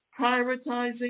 prioritizing